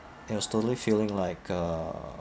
it was totally feeling like a